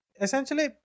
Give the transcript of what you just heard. Essentially